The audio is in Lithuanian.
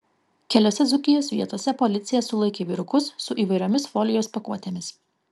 keliose dzūkijos vietose policija sulaikė vyrukus su įvairiomis folijos pakuotėmis